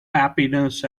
happiness